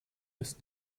ist